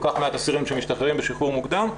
כך מעט אסירים שמשתחררים בשחרור מוקדם,